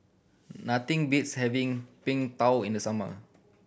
nothing beats having Png Tao in the summer